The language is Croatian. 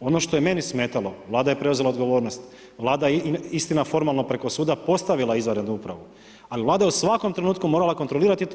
Ono što je meni smetalo, Vlada je preuzela odgovornost, Vlada istina, formalno preko suda postavila izvanrednu upravu, ali Vlada je u svakom trenutku morala kontrolirati